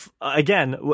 Again